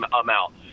amount